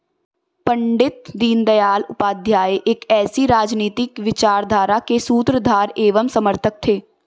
पण्डित दीनदयाल उपाध्याय एक ऐसी राजनीतिक विचारधारा के सूत्रधार एवं समर्थक थे